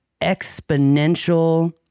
exponential